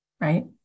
Right